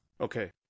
Okay